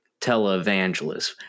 televangelist